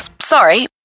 sorry